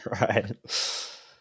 Right